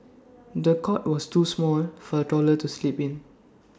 the cot was too small for A toddler to sleep in